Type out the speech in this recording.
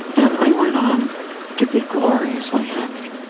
and i went on to be gloriously happy.